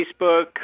Facebook